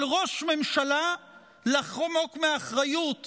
של ראש ממשלה לחמוק מהאחריות